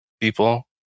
people